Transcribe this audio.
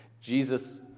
Jesus